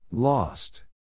Lost